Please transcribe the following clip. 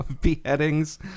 beheadings